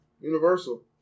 Universal